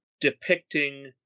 depicting